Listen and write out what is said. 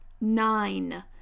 Nine